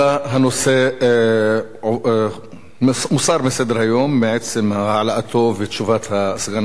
הנושא מוסר מסדר-היום מעצם העלאתו ותשובת סגן השר,